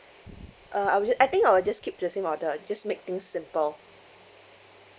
uh I'll ju~ I think I will just keep the same order just make things simple